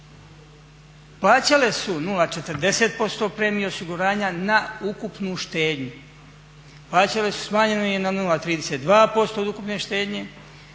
Plaćale su 0,40% premiju osiguranja na ukupnu štednju, plaćale su smanjeno na 0,32% od ukupne štednje.